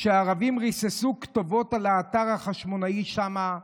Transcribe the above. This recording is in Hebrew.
שהערבים ריססו כתובות על האתר החשמונאי שם,